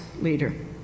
leader